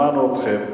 שמענו אתכם,